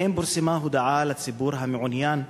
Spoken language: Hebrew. האם פורסמה הודעה לציבור המעוניין,